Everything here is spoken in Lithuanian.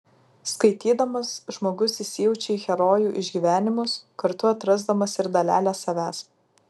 skaitydamas žmogus įsijaučia į herojų išgyvenimus kartu atrasdamas ir dalelę savęs